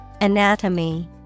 Anatomy